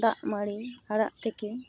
ᱫᱟᱜ ᱢᱟᱹᱲᱤ ᱟᱲᱟᱜ ᱛᱮᱠᱮ